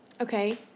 Okay